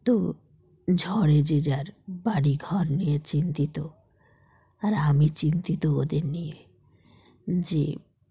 তো ঝড়ে যে যার বাড়িঘর নিয়ে চিন্তিত আর আমি চিন্তিত ওদের নিয়ে যে